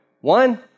One